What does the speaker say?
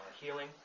healing